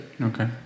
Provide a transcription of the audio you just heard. Okay